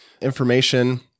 Information